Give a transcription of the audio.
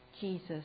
Jesus